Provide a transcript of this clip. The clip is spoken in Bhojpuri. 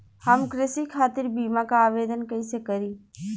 हम कृषि खातिर बीमा क आवेदन कइसे करि?